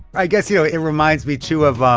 i guess, you know, it reminds me, too, of um